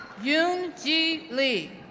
yoon ji lee,